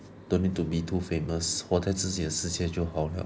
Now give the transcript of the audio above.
don't need to be too famous 活在自己的世界就好 liao